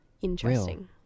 interesting